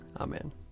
Amen